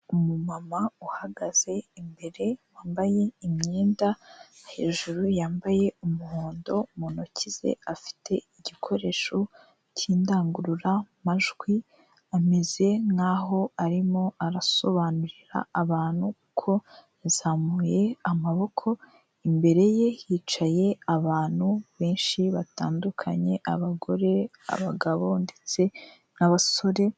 Umumama uhagaze imbere wambaye imyenda hejuru yambaye umuhondo, mu ntoki ze afite igikoresho cy'indangurura majwi ameze nkaho arimo arasobanurira abantu kuko yazamuye amaboko, imbere ye hicaye abantu benshi batandukanye abagore, abagabo ndetse n'abasore.